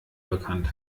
bekannt